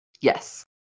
Yes